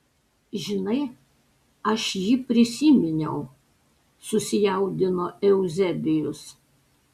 žinai aš jį prisiminiau susijaudino euzebijus